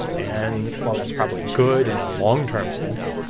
and while that's probably good in a long-term sense,